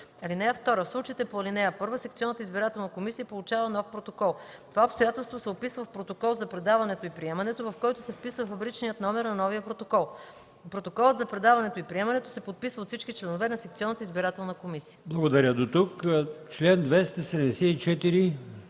4. (2) В случаите по ал. 1 секционната избирателна комисия получава нов протокол. Това обстоятелство се описва в протокол за предаването и приемането, в който се вписва фабричният номер на новия протокол. Протоколът за предаването и приемането се подписва от всички членове на секционната избирателна комисия.” ПРЕДСЕДАТЕЛ